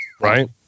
Right